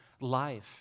life